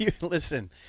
Listen